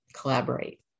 collaborate